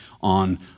on